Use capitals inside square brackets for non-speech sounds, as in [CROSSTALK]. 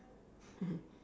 [BREATH]